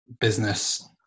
business